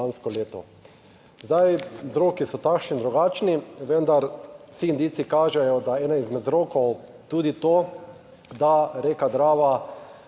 lansko leto. Zdaj vzroki so takšni in drugačni, vendar vsi indici kažejo, da je eden izmed vzrokov tudi to, da struga